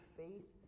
faith